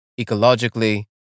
ecologically